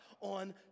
on